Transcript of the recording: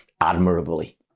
admirably